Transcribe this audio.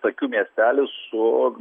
tokių miestelių su